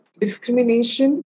discrimination